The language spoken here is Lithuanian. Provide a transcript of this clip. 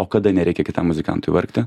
o kada nereikia kitam muzikantui vargti